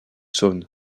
saône